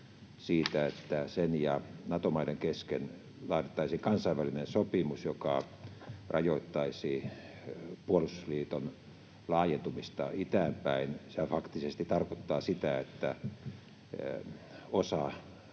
että sen ja Nato-maiden kesken laadittaisiin kansainvälinen sopimus, joka rajoittaisi puolustusliiton laajentumista itään päin, faktisesti tarkoittaa sitä, että osa